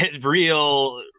real